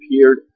appeared